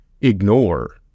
ignore